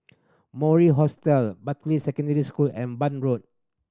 Mori Hostel Bartley Secondary School and Bun Road